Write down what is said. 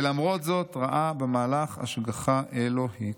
ולמרות זאת ראה במהלך השגחה אלוהית.